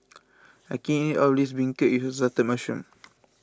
I can't eat all of this Beancurd with Assorted Mushrooms